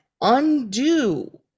undo